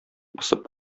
посып